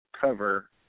cover